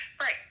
right